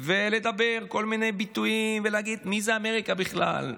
ולדבר בכל מיני ביטויים ולהגיד: מי זו אמריקה בכלל?